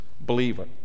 believer